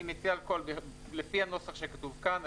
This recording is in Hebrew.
אני מציע לפי הנוסח שכתוב כאן,